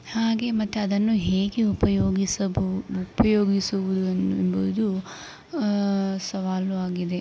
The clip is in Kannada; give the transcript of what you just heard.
ಹಾಗೆ ಮತ್ತು ಅದನ್ನು ಹೇಗೆ ಉಪಯೋಗಿಸಬೋದ್ ಉಪಯೋಗಿಸುವುದು ಎಂಬುದು ಸವಾಲು ಆಗಿದೆ